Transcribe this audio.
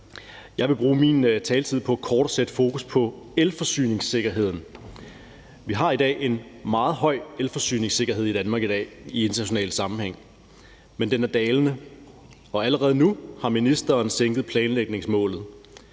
Jeg vil bruge min taletid på kort at sætte fokus på elforsyningssikkerheden. Vi har i dag en meget høj elforsyningssikkerhed i Danmark i international sammenhæng, men den er dalende, og allerede nu har ministeren sænket planlægningsmålet